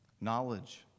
knowledge